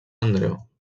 andreu